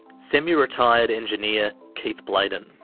semi-retired engineer, keith bladon.